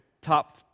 top